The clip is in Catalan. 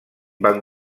van